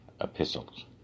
epistles